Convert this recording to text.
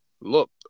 look